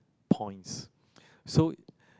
points so